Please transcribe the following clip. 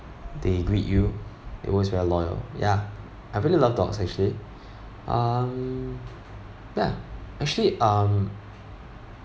they greet you they always very loyal ya I really love dogs actually um ya actually um